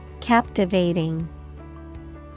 CAPTIVATING